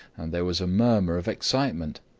and there was a murmur of excitement,